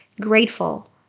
grateful